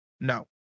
No